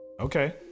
okay